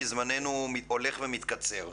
כי זמננו הולך ומתקצר.